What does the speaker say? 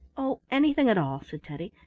oh, anything at all, said teddy,